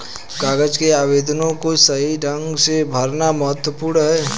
कागज के आवेदनों को सही ढंग से भरना महत्वपूर्ण है